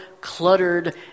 cluttered